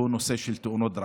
והוא הנושא של תאונות הדרכים.